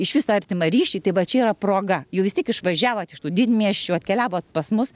išvis artimą ryšį tai va čia yra proga jau vis tiek išvažiavot iš tų didmiesčių atkeliavot pas mus